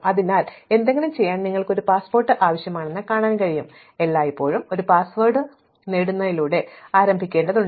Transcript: അതിനാൽ എന്തെങ്കിലും ചെയ്യാൻ നിങ്ങൾക്ക് ഒരു പാസ്പോർട്ട് ആവശ്യമാണെന്ന് ഞങ്ങൾക്ക് കാണാൻ കഴിയും അതിനാൽ ഞങ്ങൾ എല്ലായ്പ്പോഴും ഒരു പാസ്വേഡ് നേടുന്നതിലൂടെ ആരംഭിക്കേണ്ടതുണ്ട്